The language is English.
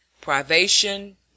privation